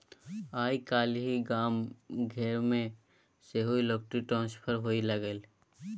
आय काल्हि गाम घरमे सेहो इलेक्ट्रॉनिक ट्रांसफर होए लागलै